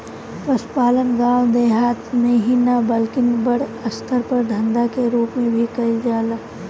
पसुपालन गाँव देहात मे ही ना बल्कि बड़ अस्तर पर धंधा के रुप मे भी कईल जाला